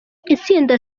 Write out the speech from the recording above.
itsinda